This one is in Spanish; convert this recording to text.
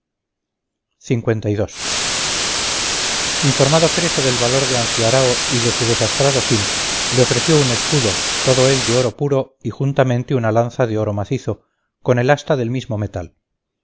informado creso del valor de anfiarao y de su desastrado fin le ofreció un escudo todo él de oro puro y juntamente una lanza de oro macizo con el asta del mismo metal